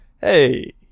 Hey